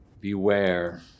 beware